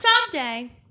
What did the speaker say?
someday